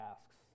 asks